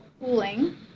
cooling